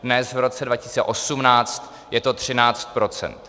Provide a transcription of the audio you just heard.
Dnes, v roce 2018, je to 13 %.